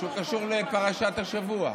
שקשור לפרשת השבוע.